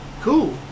cool